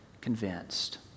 convinced